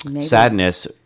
Sadness